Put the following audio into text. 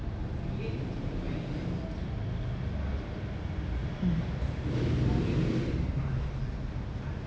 mm